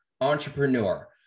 entrepreneur